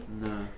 No